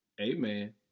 Amen